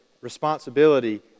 responsibility